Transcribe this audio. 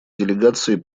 делегации